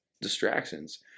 distractions